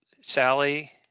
Sally